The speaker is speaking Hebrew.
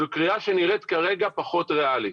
זו קריאה שנראית כרגע פחות ריאלית.